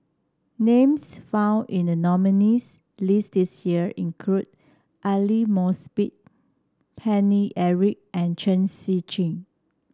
names found in the nominees' list this year include Aidli Mosbit Paine Eric and Chen Shiji